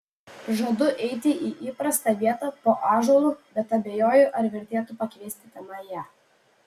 žadu eiti į įprastą vietą po ąžuolu bet abejoju ar vertėtų pakviesti tenai ją